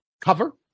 cover